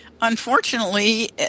Unfortunately